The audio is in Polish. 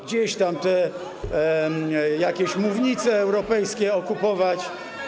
gdzieś tam jakieś mównice europejskie okupować.